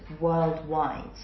worldwide